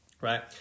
right